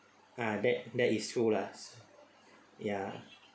ah that that is true lah ya